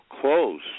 close